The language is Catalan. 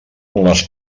les